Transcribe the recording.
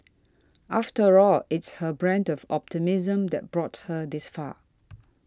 after all it's her brand of optimism that brought her this far